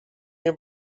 nie